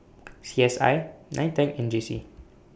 C S I NITEC and J C